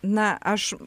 na aš